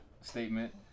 statement